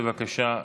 בבקשה.